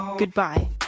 Goodbye